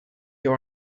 you